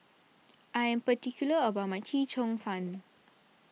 I am particular about my Chee Cheong Fun